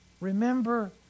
Remember